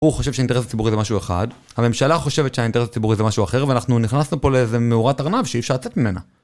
הוא חושב שהאינטרס הציבורי זה משהו אחד, הממשלה חושבת שהאינטרס הציבורי זה משהו אחר ואנחנו נכנסנו פה לאיזה מאורת ארנב שאי אפשר לצאת ממנה.